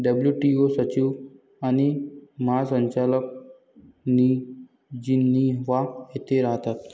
WTO सचिव आणि महासंचालक जिनिव्हा येथे राहतात